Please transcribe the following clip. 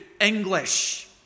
English